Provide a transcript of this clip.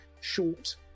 short